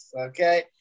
okay